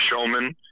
showman